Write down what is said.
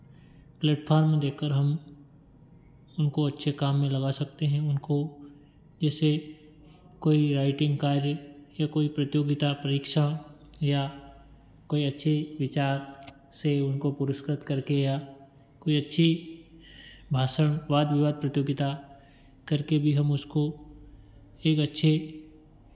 platform देकर हम उनको अच्छे काम में लगा सकते हैं उनको जैसे कोई राइटिंग कार्य या कोई प्रतियोगिता परीक्षा या कोई अच्छी विचार से उनको पुरस्कृत करके या कोई अच्छी भाषण वादविवाद प्रतियोगिता करके भी हम उसको एक अच्छे